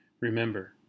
Remember